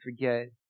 forget